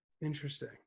interesting